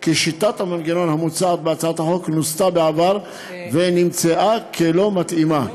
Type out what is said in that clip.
כי שיטת המנגנון המוצעת בהצעת החוק נוסתה בעבר ונמצא שהיא לא מתאימה,